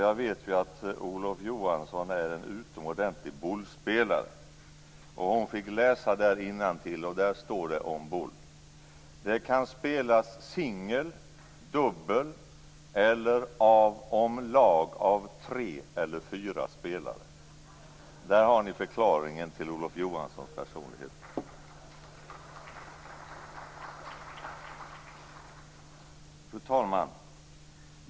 Jag vet ju att Olof Johansson är en utomordentlig boulespelare. Hon fick läsa innantill, och där står det om boule: Det kan spelas i singel, dubbel eller av lag om tre eller fyra spelare. Där har ni förklaringen till Olof Johanssons personlighet. Fru talman!